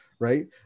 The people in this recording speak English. right